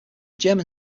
german